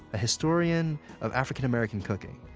historian of african-american cooking,